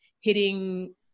hitting